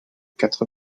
quatre